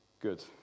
Good